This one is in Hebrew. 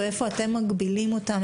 איפה אתם מגבילים אותם,